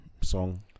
song